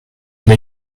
lay